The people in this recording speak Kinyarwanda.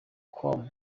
com